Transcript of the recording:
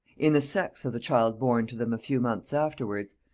in the sex of the child born to them a few months afterwards,